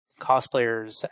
cosplayers